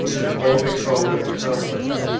and boldly called them catholics.